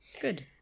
Good